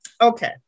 Okay